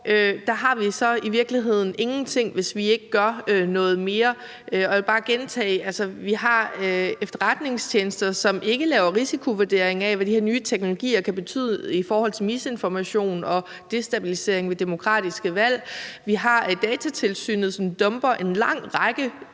par år i virkeligheden ingenting, hvis vi ikke gør noget mere. Og jeg vil bare gentage, at vi har efterretningstjenester, som ikke laver risikovurderinger af, hvad de her nye teknologier kan betyde i forhold til misinformation og destabilisering ved demokratiske valg. Vi har Datatilsynet, som dumper en lang række